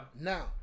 now